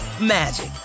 magic